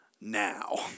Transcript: Now